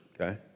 okay